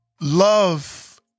love